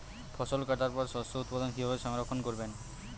ফসল কাটার পর শস্য উৎপাদন কিভাবে সংরক্ষণ করবেন?